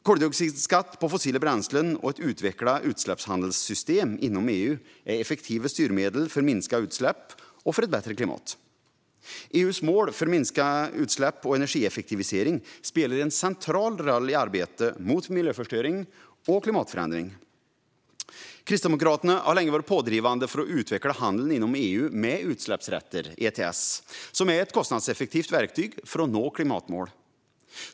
Koldioxidskatt på fossila bränslen och ett utvecklat utsläppshandelssystem inom EU är effektiva styrmedel för minskade utsläpp och ett bättre klimat. EU:s mål för minskade utsläpp och energieffektivisering spelar en central roll i arbetet mot miljöförstöring och klimatförändring. Kristdemokraterna har länge varit pådrivande för att utveckla handeln inom EU med utsläppsrätter, ETS, som är ett kostnadseffektivt verktyg för att nå klimatmål.